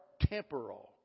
temporal